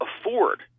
afford